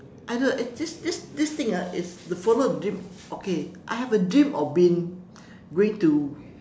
either eh this this this this thing ah is the follow dream okay I have a dream of been going to